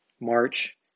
March